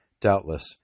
Doubtless